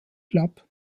club